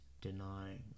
denying